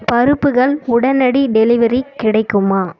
பருப்புகள் உடனடி டெலிவரி கிடைக்குமா